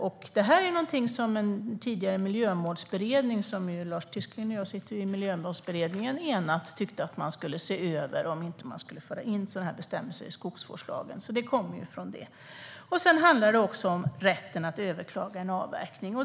Lars Tysklind och jag sitter ju i Miljömålsberedningen, och en tidigare miljömålsberedning tyckte att man skulle se över om inte sådana här bestämmelser skulle föras in i skogsvårdslagen. Det kommer alltså därifrån. För det tredje handlar det om rätten att överklaga en avverkning.